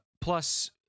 Plus